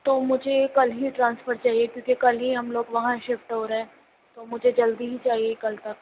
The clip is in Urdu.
تو مجھے کل ہی ٹرانسفر چاہیے کیونکہ کل ہی ہم لوگ وہاں شفٹ ہو رہے تو مجھے جلد ہی چاہیے کل تک